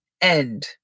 end